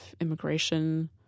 immigration